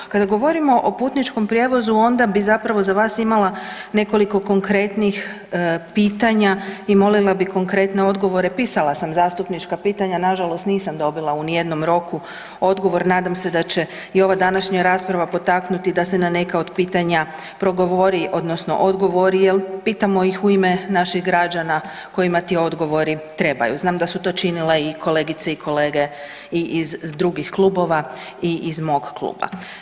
Kada govorimo o putničkom prijevozu, onda bi zapravo za vas imala nekoliko konkretnih pitanja i molila bi konkretne odgovore, pisala sam zastupnička pitanja, nažalost nisam dobila u nijednom roku odgovor, nadam se da će i ova današnja rasprava potaknuti da se na neka od pitanja progovori odnosno odgovori jer pitamo ih u ime naših građana kojima ti odgovori trebaju, znam da su to činile i kolegice i kolege i iz drugih klubova i iz mog kluba.